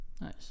Nice